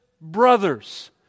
brothers